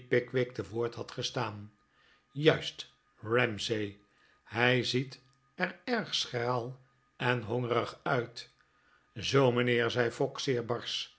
te woord had gestaan juist ramsay hij ziet er erg schraal en hongerig uit zoo mijnheer zei fogg zeer barsch